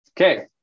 Okay